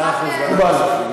מאה אחוז, ועדת הכספים.